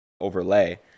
overlay